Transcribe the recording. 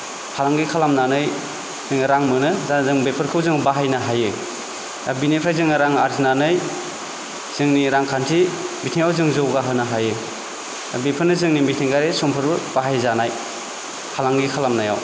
फालांगि खालामनानै जोङो रां मोनो दा जों बेफोरखौ जों बाहायनो हायो दा बेनिफ्राय जों रां आरजिनानै जोंनि रांखान्थि बिथिंआव जों जौगाहोनो हायो बेफोरनो जोंनि मिथिंगायारि सम्पदफोर बाहायजानाय फालांगि खालामनायाव